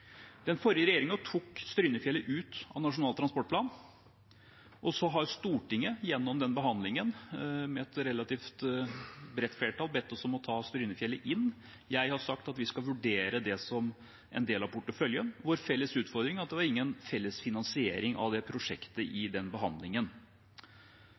Den forrige regjeringen tok Strynefjellet ut av Nasjonal transportplan, og så har Stortinget gjennom behandlingen med et relativt bredt flertall bedt oss om å ta Strynefjellet inn. Jeg har sagt at vi skal vurdere det som en del av porteføljen. Vår felles utfordring er at det ikke var noen felles finansiering av det prosjektet i